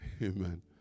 Amen